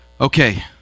Okay